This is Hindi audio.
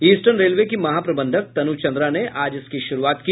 ईस्टर्न रेलवे की महाप्रबंधक तनु चंद्रा ने आज इसकी शुरूआत की